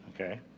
Okay